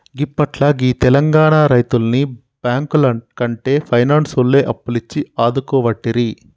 గిప్పట్ల గీ తెలంగాణ రైతుల్ని బాంకులకంటే పైనాన్సోల్లే అప్పులిచ్చి ఆదుకోవట్టిరి